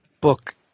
book –